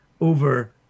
over